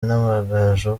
n’amagaju